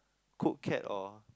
cook cat or